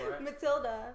matilda